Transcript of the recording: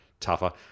tougher